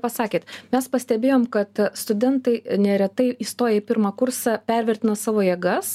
pasakėt mes pastebėjom kad studentai neretai įstoja į pirmą kursą pervertina savo jėgas